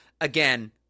again